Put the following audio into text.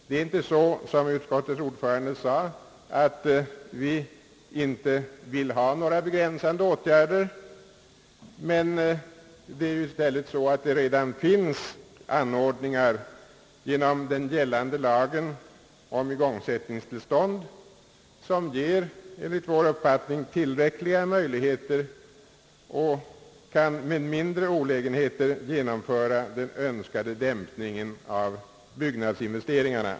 Det är inte så som utskottets ordförande sade att vi inte vill ha några begränsande åtgärder, utan det är i stället så att det redan finns anordningar inom den gällande lagen om igångsättningstillstånd, som enligt vår uppfattning ger tillräckliga möjligheter att med mindre olägenheter genomföra den önskade dämpningen av byggnadsinvesteringarna.